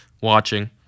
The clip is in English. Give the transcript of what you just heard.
watching